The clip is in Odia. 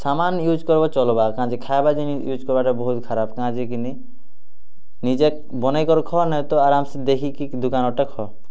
ସାମାନ୍ ୟୁଜ୍ କର୍ବ ଚଲ୍ବା କାଁଯେ ଖାଏବା ଜିନିଷ୍ ୟୁଜ୍ କର୍ବାଟା ବହୁତ୍ ଖାରାପ୍ କାଁଯେକିନି ନିଜେ ବନେଇ କରି ଖ ନାଇଁ ତ ଆରାମ୍ସେ ଦେଖିକି ଦୁକାନର୍ଟା ଖଅ